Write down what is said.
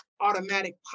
automatic